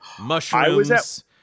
Mushrooms